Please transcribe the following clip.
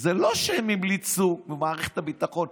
זה לא שהם המליצו במערכת הביטחון,